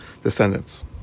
descendants